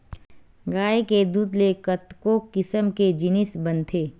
गाय के दूद ले कतको किसम के जिनिस बनथे